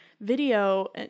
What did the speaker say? video